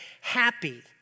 happy